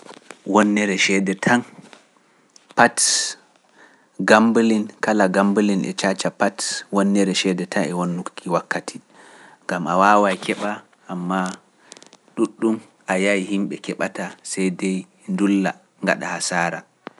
Wonere cede tan pat gambalin kala gambalin e caca pat wonere cede tan e wonuki wakkati gam a wawa keeɓa amma ɗuɗɗum a yaya yimɓe keeɓata cde ndulla ngaɗa ha saara.